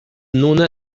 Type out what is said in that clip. nune